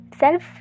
self